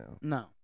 No